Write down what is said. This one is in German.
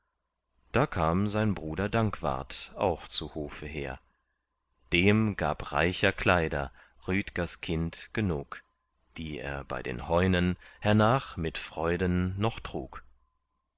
da kam sein bruder dankwart auch zu hofe her dem gab reicher kleider rüdgers kind genug die er bei den heunen hernach mit freuden noch trug